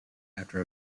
after